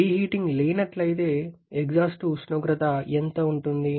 reheating లేనట్లయితే exhaust ఉష్ణోగ్రత ఎంత ఉంటుంది